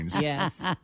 Yes